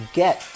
get